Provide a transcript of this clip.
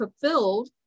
fulfilled